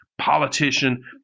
politician